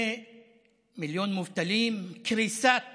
מיליון מובטלים, קריסת